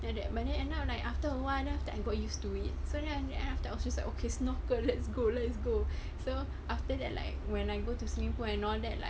after that but then end up like after awhile then after that I got used to it so now you have that was just like okay snorkel let's go let's go so after that like when I go to swimming pool and all that like